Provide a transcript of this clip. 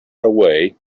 away